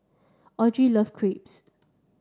Audry love Crepes